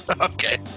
Okay